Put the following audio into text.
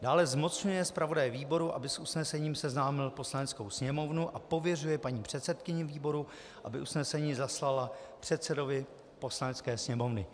Dále zmocňuje zpravodaje výboru, aby s usnesením seznámil Poslaneckou sněmovnu, a pověřuje paní předsedkyni výboru, aby usnesení zaslala předsedovi Poslanecké sněmovny.